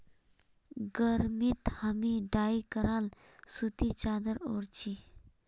गर्मीत हामी डाई कराल सूती चादर ओढ़ छि